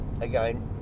again